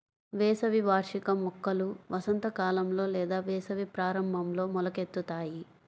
వేసవి వార్షిక మొక్కలు వసంతకాలంలో లేదా వేసవి ప్రారంభంలో మొలకెత్తుతాయి